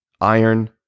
iron